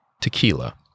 tequila